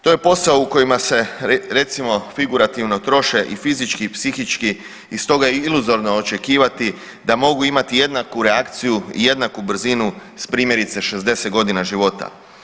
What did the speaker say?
To je posao u kojima se recimo figurativno troše i fizički i psihički i stoga je iluzorno očekivati da mogu imati jednaku reakciju i jednaku brzinu s primjerice 60 godina života.